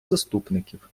заступників